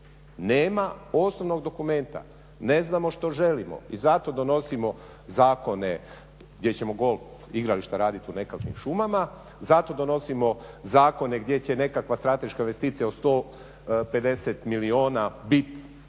nema osnovnog dokumenta, ne znamo što želimo i zato donosimo zakone gdje ćemo golf igrališta raditi u nekakvim šumama, zato donosimo zakone gdje će nekakva strateška investicija uz to 50 milijuna biti